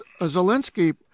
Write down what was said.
Zelensky